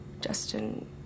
Justin